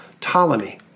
Ptolemy